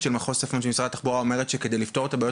של מחוז הצפון כולו במשרד התחבורה אומרת שכדי לפתור את הבעיות